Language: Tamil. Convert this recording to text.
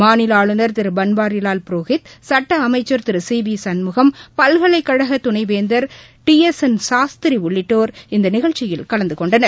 மாநிலஆளுநர் திருபன்வாரிலால் புரோஹித் சட்டஅமைச்ச் திருசிவிசண்முகம் பல்கலைக்கழகதுணைவேந்தர் திருட்டி எஸ் என் சாஸ்திரிஉள்ளிட்டோர் இந்தநிகழ்ச்சியில் கலந்த கொண்டனர்